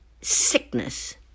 sickness